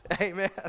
Amen